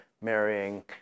marrying